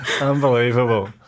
Unbelievable